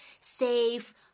safe